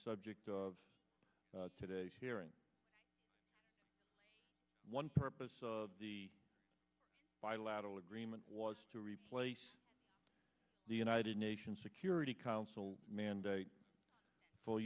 subject of today's hearing one purpose of the bilateral agreement was to replace the united nations security council mandate for